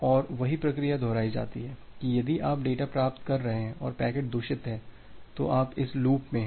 और वही प्रक्रिया दोहराई जाती है कि यदि आप डेटा प्राप्त कर रहे हैं और पैकेट दूषित है तो आप इस लूप में हैं